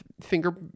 finger